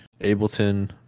Ableton